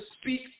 speak